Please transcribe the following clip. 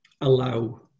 allow